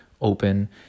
open